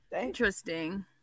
Interesting